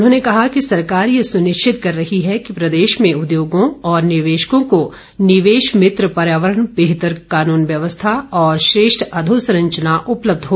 उन्होंने कहा कि सरकार ये सुनिश्चित कर रही है कि प्रदेश में उद्योगों और निवेशकों को निवेश मित्र पर्यावरण बेहतर कानून व्यवस्था और श्रेष्ठ अधोसंरचना उपलब्ध हो